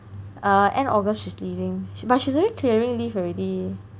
end August she's leaving but she's already clearing leave already